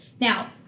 Now